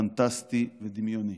פנטסטי ודמיוני.